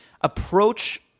approach